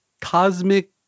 cosmic